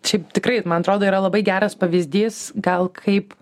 čia tikrai man atrodo yra labai geras pavyzdys gal kaip